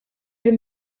him